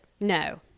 No